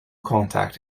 contact